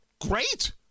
great